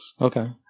Okay